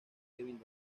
kevin